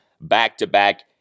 back-to-back